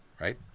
right